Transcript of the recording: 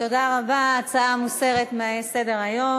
תודה רבה, ההצעה מוסרת מסדר-היום.